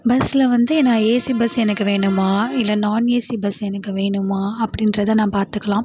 பஸ்ல வந்து என்ன ஏசி பஸ் எனக்கு வேண்டுமா இல்லை நாண்ஏசி பஸ் எனக்கு வேண்டுமா அப்படின்றத நான் பார்த்துக்கலாம்